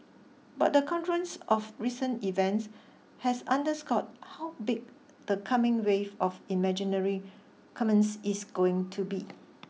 but the confluence of recent events has underscored how big the coming wave of imaginary commerce is going to be